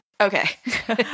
Okay